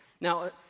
Now